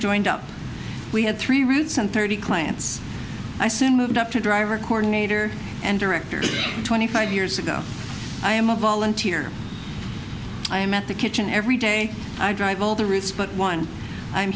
joined up we had three routes and thirty clients i soon moved up to driver coordinator and director twenty five years ago i am a volunteer i am at the kitchen every day i drive all the routes but one i'm